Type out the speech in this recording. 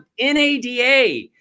NADA